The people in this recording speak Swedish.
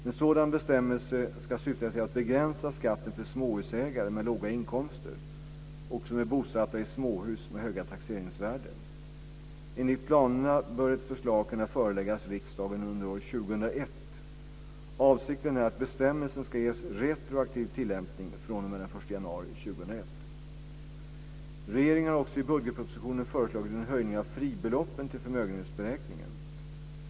En sådan bestämmelse ska syfta till att begränsa skatten för småhusägare med låga inkomster som är bosatta i småhus med höga taxeringsvärden. Enligt planerna bör ett förslag kunna föreläggas riksdagen under år 2001. Avsikten är att bestämmelsen ska ges retroaktiv tillämpning fr.o.m. den 1 januari 2001. Regeringen har också i budgetpropositionen föreslagit en höjning av fribeloppen vid förmögenhetsberäkningen.